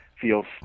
feels